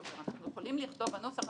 יכולים לכתוב בנוסח,